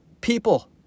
people